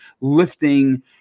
lifting